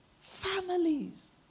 Families